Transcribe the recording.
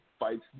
Fights